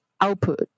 output